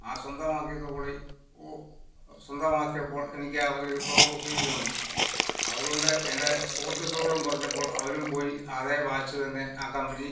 ആ സ്വന്തമാക്കിയത് കൂടി ഓ സ്വന്തമാക്കിയപ്പോൾ എനിക്ക് അവർ ഒരു ക്ലോക്ക് ഫ്രീ തന്നു അതുകൊണ്ട് എൻ്റെ സുഹൃത്തുക്കളോടും പറഞ്ഞപ്പോൾ അവരും പോയി അതേ വാച്ച് തന്നെ ആ കമ്പനി